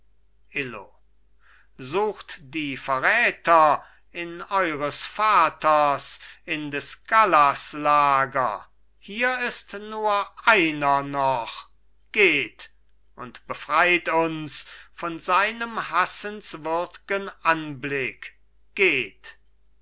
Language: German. illo sucht die verräter in eures vaters in des gallas lager hier ist nur einer noch geht und befreit uns von seinem hassenswürdgen anblick geht